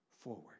forward